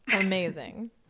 Amazing